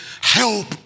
help